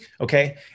Okay